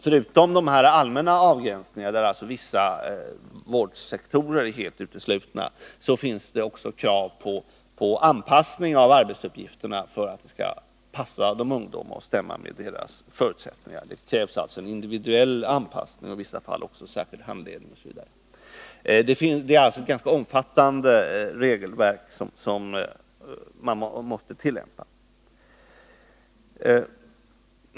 Förutom de allmänna begränsningarna, där vissa vårdsektorer är helt uteslutna, finns det krav på anpassning av arbetsuppgifterna för att de skall passa ungdomarna och stämma med deras förutsättningar. Det krävs alltså en individuell anpassning och i vissa fall även särskild handledning. Det är alltså ett ganska omfattande regelverk som man måste tillämpa.